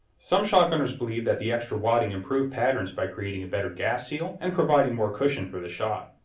some shotgunners believed that the extra wadding improved patterns by creating a better gas seal, and providing more cushion for the shot.